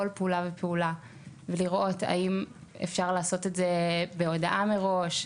פעולה ופעולה ולראות האם אפשר לעשות את זה בהודעה מראש,